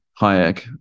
Hayek